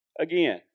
again